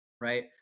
right